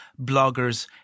bloggers